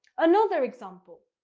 another example,